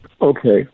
Okay